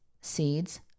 seeds